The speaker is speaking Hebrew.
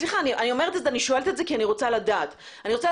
סליחה, אני שואלת את זה כי אני רוצה לדעת ולהבין.